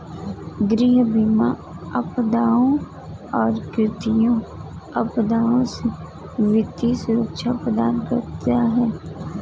गृह बीमा आपदाओं और प्राकृतिक आपदाओं से वित्तीय सुरक्षा प्रदान करता है